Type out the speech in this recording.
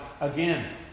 again